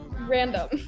Random